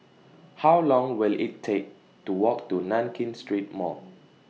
How Long Will IT Take to Walk to Nankin Street Mall